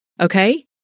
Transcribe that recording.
okay